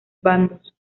bandos